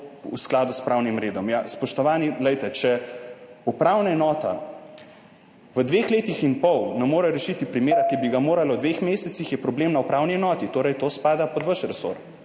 v skladu s pravnim redom – ja, spoštovani, če upravna enota v dveh letih in pol ne more rešiti primera, ki bi ga morala v dveh mesecih, je problem na upravni enoti. Torej to spada pod vaš resor,